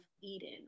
Eden